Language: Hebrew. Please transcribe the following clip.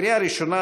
בקריאה ראשונה,